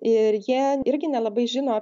ir jie irgi nelabai žino